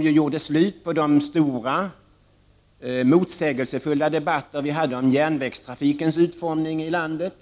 gjorde slut på de stora motsägelsefulla debatter som vi hade om järnvägstrafikens utformning i landet.